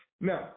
Now